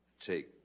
take